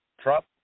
Trump